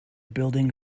building